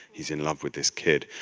he's in love with this kid.